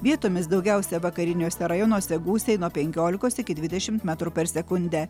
vietomis daugiausia vakariniuose rajonuose gūsiai nuo penkiolikos iki dvidešimt metrų per sekundę